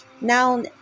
Now